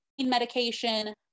medication